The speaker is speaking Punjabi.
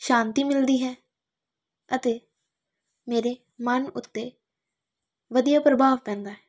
ਸ਼ਾਂਤੀ ਮਿਲਦੀ ਹੈ ਅਤੇ ਮੇਰੇ ਮਨ ਉੱਤੇ ਵਧੀਆ ਪ੍ਰਭਾਵ ਪੈਂਦਾ